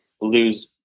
lose